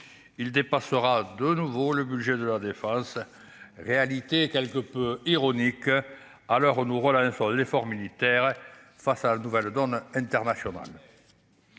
il dépassera de nouveau le budget de la Défense réalité quelque peu ironique alors au un sens de l'effort militaire face à la nouvelle donne internationale